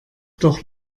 doch